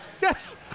yes